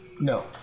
No